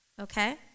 Okay